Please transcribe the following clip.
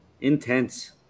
intense